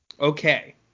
Okay